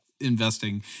investing